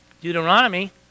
Deuteronomy